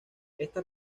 esta